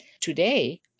Today